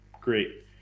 Great